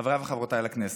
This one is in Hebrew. חבריי וחברותיי לכנסת,